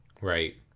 Right